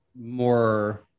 more